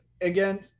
again